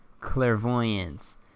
clairvoyance